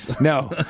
No